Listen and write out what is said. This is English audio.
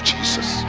Jesus